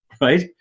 Right